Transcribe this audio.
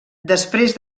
després